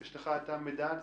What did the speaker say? יש לך את המידע הזה?